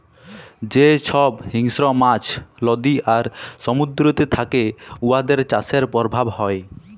যে ছব হিংস্র মাছ লদী আর সমুদ্দুরেতে থ্যাকে উয়াদের চাষের পরভাব হ্যয়